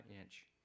inch